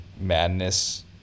madness